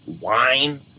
wine